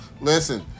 Listen